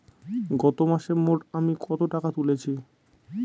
গত মাসে মোট আমি কত টাকা তুলেছি?